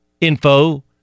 info